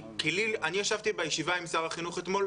כי אני ישבתי בישיבה עם שר החינוך אתמול